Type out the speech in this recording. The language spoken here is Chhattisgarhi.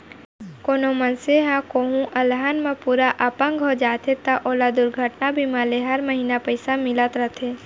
कोनों मनसे ह कोहूँ अलहन म पूरा अपंग हो जाथे त ओला दुरघटना बीमा ले हर महिना पइसा मिलत रथे